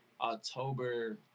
October